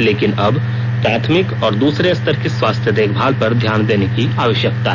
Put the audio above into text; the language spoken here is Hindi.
लेकिन अब प्राथमिक और दूसरे स्तर की स्वास्थ्य देखभाल पर ध्यान देने की आवश्यकता है